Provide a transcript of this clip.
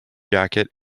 jacket